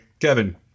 Kevin